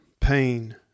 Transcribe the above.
pain